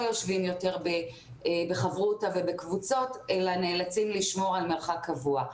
יושבים בחברותה ובקבוצות אלא נאלצים לשמור על מרחק קבוע.